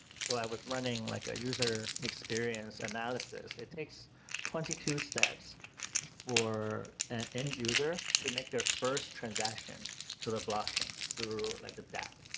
so i was running like a user experience analysis. it takes twenty two steps for an end user to make their first transaction to the blockchain through like a dap.